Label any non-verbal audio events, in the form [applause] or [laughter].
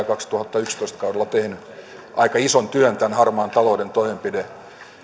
[unintelligible] kaksituhattayksitoista tehnyt aika ison työn näiden harmaan talouden toimenpide